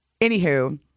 Anywho